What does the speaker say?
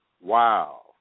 Wow